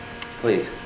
Please